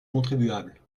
contribuables